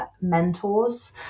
mentors